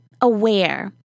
aware